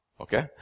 Okay